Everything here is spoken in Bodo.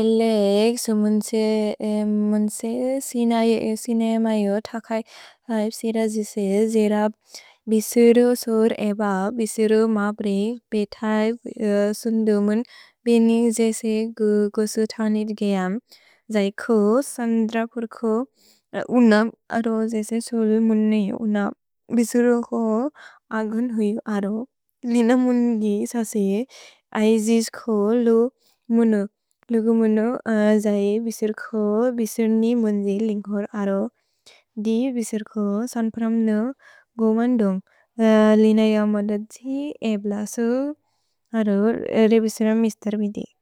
एलेक्स् मुन्से सिनय मयो थकैप् सिर जिसे जेर बिसुरु सुर् एव बिसुरु म बुरेइ बेतै सुन्दु मुन् बेनि जेसे गुसु तौनित् गेअम्। जै को सन्द्रकुर् को उनप् अरो जेसे सोल् मुन्ने उनप् बिसुरु को अगुन् हुइ अरो। लिन मुन्दि ससे ऐजिस् को लुगु मुनु जै बिसुर् को बिसुर्नि मुन्दि लिन्ग्कोर् अरो। दि बिसुर् को सन्प्रम्न गोमन्दोन्ग् लिनय मदद्जि एब्लसु अरो रे बिसुर मिस्तर् बिदि।